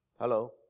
Hello